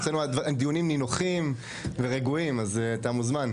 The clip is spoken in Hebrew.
אצלנו הדיונים נינוחים ורגועים, אז אתה מוזמן.